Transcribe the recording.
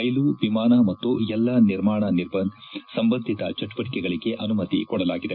ರೈಲು ವಿಮಾನ ಮತ್ತು ಎಲ್ಲ ನಿರ್ಮಾಣ ಸಂಬಂಧಿತ ಚಟುವಟಕೆಗಳಗೆ ಅನುಮತಿ ಕೊಡಲಾಗಿದೆ